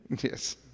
yes